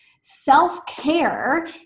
self-care